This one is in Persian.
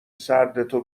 سردتو